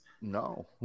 No